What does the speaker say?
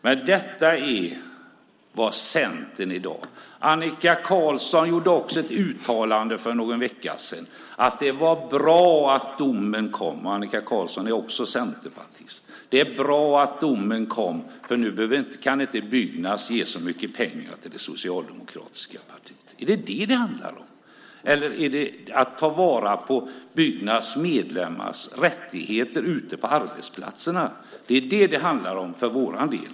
Men detta är vad Centern säger i dag. Annika Qarlsson gjorde också ett uttalande för någon vecka sedan om att det var bra att domen kom. Hon är också centerpartist. Det är bra att domen kom, för nu kan inte Byggnads ge så mycket pengar till det socialdemokratiska partiet, menar man. Är det det som det handlar om? Eller handlar det om att ta vara på Byggnads medlemmars rättigheter ute på arbetsplatserna? Det är det det handlar om för vår del.